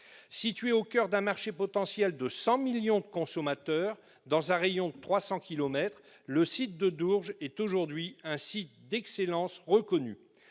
Située au coeur d'un marché potentiel de 100 millions de consommateurs dans un rayon de 300 kilomètres, la plateforme de Dourges est aujourd'hui un site d'excellence reconnu.